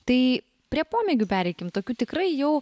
tai prie pomėgių pereikim tokių tikrai jau